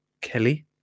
Kelly